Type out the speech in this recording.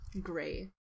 gray